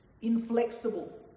inflexible